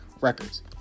records